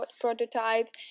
Prototypes